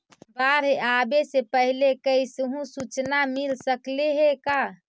बाढ़ आवे से पहले कैसहु सुचना मिल सकले हे का?